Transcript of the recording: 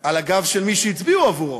על הגב של מי שהצביעו עבורו,